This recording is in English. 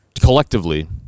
collectively